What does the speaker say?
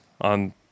on